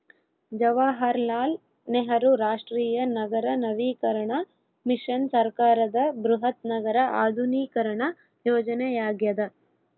ಜವಾಹರಲಾಲ್ ನೆಹರು ರಾಷ್ಟ್ರೀಯ ನಗರ ನವೀಕರಣ ಮಿಷನ್ ಸರ್ಕಾರದ ಬೃಹತ್ ನಗರ ಆಧುನೀಕರಣ ಯೋಜನೆಯಾಗ್ಯದ